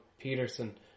Peterson